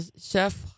chef